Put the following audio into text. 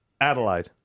Adelaide